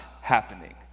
happening